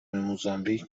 موزامبیک